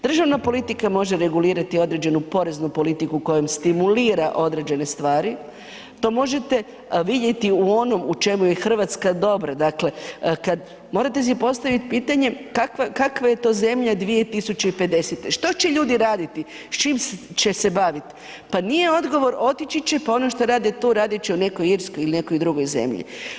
Državna politika može regulirati određenu poreznu politiku kojom stimulira određene stvari, to možete vidjeti u onom u čemu je RH dobra, dakle kad, morate si postavit pitanje kakva je to zemlja 2050., što će ljudi raditi, s čim će se bavit, pa nije odgovor otići će, pa ono što rade tu, radit će u nekoj Irskoj ili nekoj drugoj zemlji.